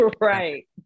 Right